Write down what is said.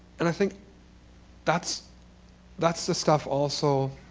and i think that's that's the stuff also